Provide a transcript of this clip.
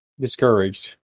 discouraged